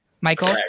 Michael